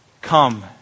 Come